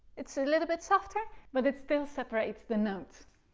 it's a little bit softer but it still separates the notes.